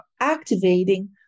activating